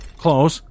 close